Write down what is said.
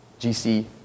GC